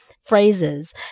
phrases